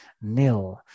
Nil